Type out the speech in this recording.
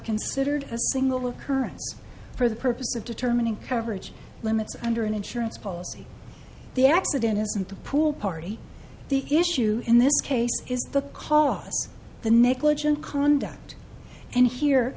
considered a single occurrence for the purpose of determining coverage limits under an insurance policy the accident isn't the pool party the issue in this case is the cost the negligent conduct and here